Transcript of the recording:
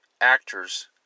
actors